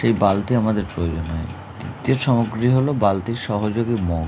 সেই বালতি আমাদের প্রয়োজন হয় দ্বিতীয় সামগ্রী হলো বালতির সহযোগী মগ